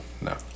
No